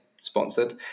sponsored